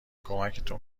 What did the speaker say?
کمکتون